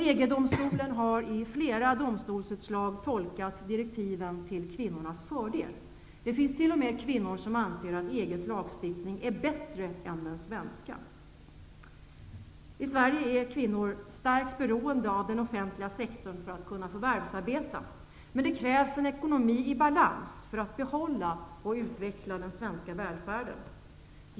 EG-domstolen har i flera domstolsutslag tolkat direktiven till kvinnornas fördel. Det finns t.o.m. kvinnor som anser att EG:s lagstiftning är bättre än den svenska. I Sverige är kvinnorna starkt beroende av den offentliga sektorn för att kunna förvärvsarbeta. Men det krävs en ekonomi i balans för att behålla och utveckla den svenska välfärden.